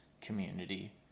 community